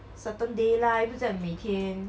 certain day lah 又不是叫你每天